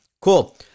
Cool